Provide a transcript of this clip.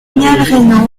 reillanne